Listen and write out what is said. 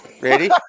Ready